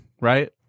right